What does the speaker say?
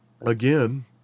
again